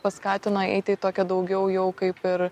paskatino eiti į tokią daugiau jau kaip ir